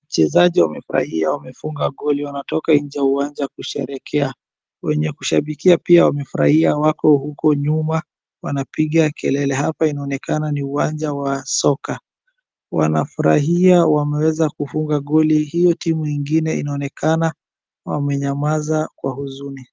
Wachezaji wamefurahia wamefunga goli. wanatoka nje ya uwanja kusherehekea. Wenye kushambikia pia wamefurahia wako huko nyuma wanapiga kelele. Hapa inaonekana ni uwanja wa soka. Wanafurahia wameweza kufunga goli hiyo timu ingine inaonekana wamenyamaza kwa huzuni.